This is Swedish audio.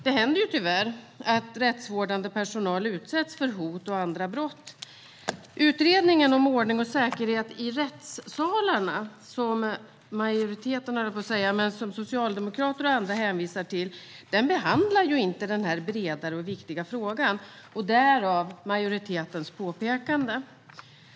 Det händer tyvärr att rättsvårdande personal utsätts för hot och andra brott. Utredningen om ordning och säkerhet i rättssalarna, som socialdemokrater och andra hänvisar till, behandlar ju inte den här bredare och viktiga frågan. Därför har majoriteten gjort detta påpekande.